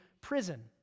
prison